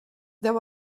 there